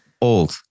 Old